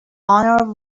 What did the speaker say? honor